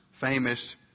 famous